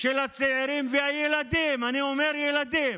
של הצעירים והילדים, אני אומר ילדים,